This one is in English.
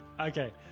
Okay